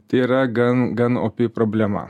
tai yra gan gan opi problema